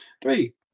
Three